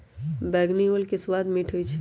बइगनी ओल के सवाद मीठ होइ छइ